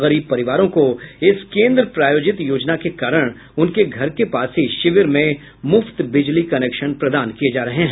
गरीब परिवारों को इस केंद्र प्रायोजित योजना के कारण उनके घर के पास ही शिविर में मुफ्त बिजली कनेक्शन प्रदान किये जा रहे हैं